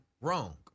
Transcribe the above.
wrong